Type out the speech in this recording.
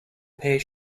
pear